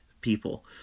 people